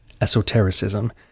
esotericism